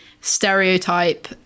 stereotype